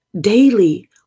daily